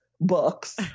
books